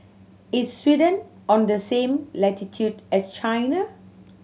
is Sweden on the same latitude as China